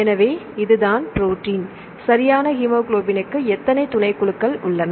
எனவே இதுதான் ப்ரோடீன் சரியான ஹீமோகுளோபினுக்கு எத்தனை துணைக்குழுக்கள் உள்ளன